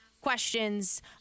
questions